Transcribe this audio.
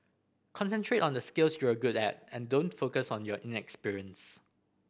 concentrate on the skills you're good at and don't focus on your inexperience